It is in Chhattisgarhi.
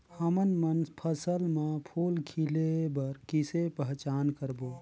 हमन मन फसल म फूल खिले बर किसे पहचान करबो?